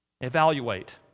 Evaluate